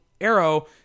Arrow